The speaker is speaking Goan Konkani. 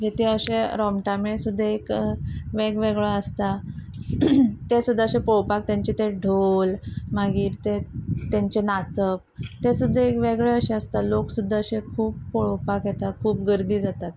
रोमटामेळ सुद्दां एक वेगवेगळो आसता ते सुद्दां अशे पळोवपाक तेंचे ते ढोल मागीर तेंचे नाचप ते सुद्दां एक वेगळे अशे आसता लोक सुद्दां अशे खूब पळोवपाक येता खूब गर्दी जातात